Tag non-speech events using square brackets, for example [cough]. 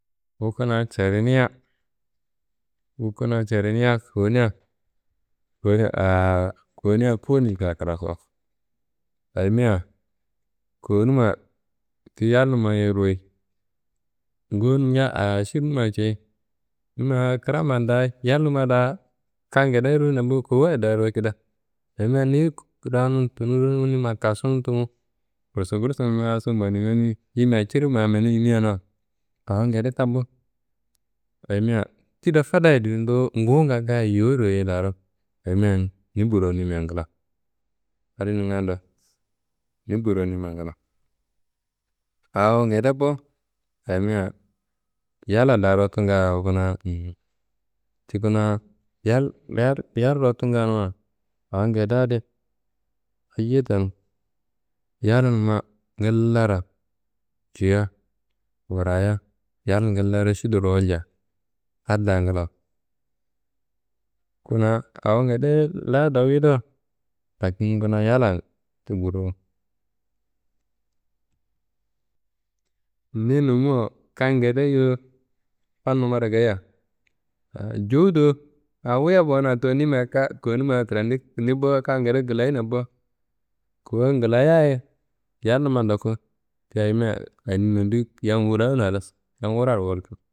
Wu kuna ceriniya, wu kuna ceriniya kowunea [hesitation] kowunea fuwu nika krakuwa ayimea kowunumma ti yallumaye royi, ngowon [hesitation] aširnummaye cayi. Kuna na krama da yallumma da kam ngedeyi royina bo kowuwayi da royi kida ayimea niyi [noise] rawunum tunum ronum kasun tumu gursu gursum la so manimi manimi yimiya ciri ma menum yimiyanuwa awo ngede tambu ayimea kida fadaye diye nduwu, nguwunga ngaaye yowuyi roye laro ayimea ni burowu nima nglawo. Adi ningando ni burowu nima nglawo awo ngede bo ayimea yalla da rottunga awo kuna. [hesitation] Ti kuna yal yal yal rottunganuwa awo ngedeyadi ayiye tenu yalnumma ngillaro ciya wuraya yal ngilla rašiduro walja adi da nglawo. Kuna awo ngedeye la dowuyi do lakin kuna yalla ti burowo. Ni numuwo kam ngede yu fannummaro gayiya [hesitation] jowu do a wuya bowona towo nima [hesitation] kowunumma tra ni, ni bowo kam ngede glayina bowo. Kowuwa nglayaye yalnumma n ndoku ti ayimea andi nondi yam wurawuno halas, yam wuraro walkuno.